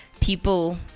People